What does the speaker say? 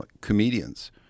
comedians